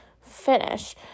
finish